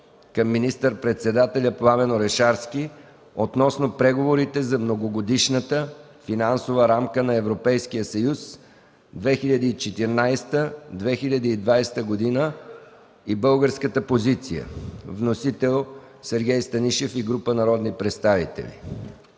към министър-председателя Пламен Орешарски относно преговорите за Многогодишната финансова рамка на Европейския съюз за 2014 – 2020 г. и българската позиция. Вносители са Сергей Станишев и група народни представители.